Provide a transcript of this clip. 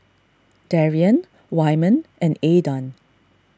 Darrian Wyman and Aydan